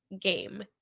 game